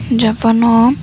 ଜାପନ